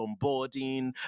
onboarding